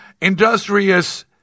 Industrious